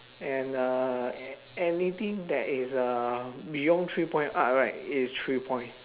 and uh a~ anything that is uh beyond three point arc right is three point